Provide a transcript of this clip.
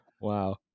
Wow